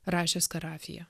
rašė skarafija